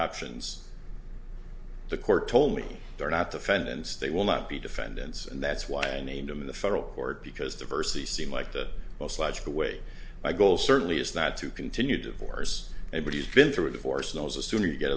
options the court told me they're not defendants they will not be defendants and that's why i named them in the federal court because the versity seem like the most logical way my goal certainly is not to continue divorce and what he's been through a divorce knows the sooner you get